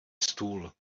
stůl